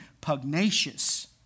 pugnacious